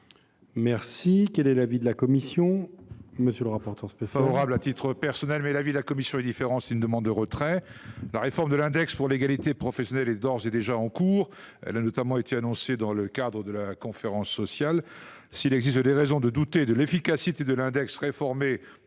Miquelon. Quel est l’avis de la commission ?